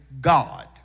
God